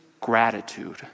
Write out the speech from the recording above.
gratitude